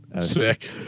Sick